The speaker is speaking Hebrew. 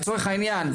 לצורך העניין,